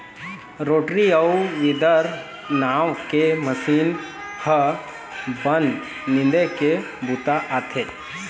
rotary अउ weeder नांव के मसीन ह बन निंदे के बूता आथे